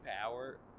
Power